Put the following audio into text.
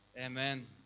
Amen